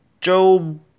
job